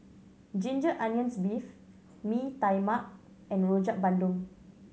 ginger onions beef Mee Tai Mak and Rojak Bandung